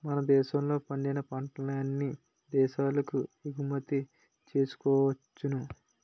మన దేశంలో పండిన పంటల్ని అన్ని దేశాలకు ఎగుమతి చేసుకోవచ్చును